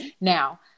Now